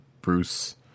Bruce